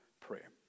prayer